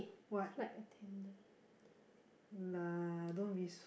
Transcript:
flight attendant